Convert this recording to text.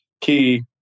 key